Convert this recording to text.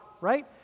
right